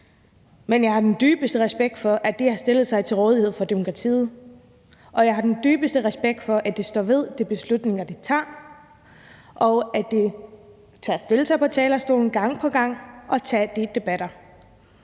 men jeg har den dybeste respekt for, at de har stillet sig til rådighed for demokratiet, og jeg har den dybeste respekt for, at de står ved de beslutninger, de tager, og at de tør stille sig på talerstolen gang på gang og tage de debatter.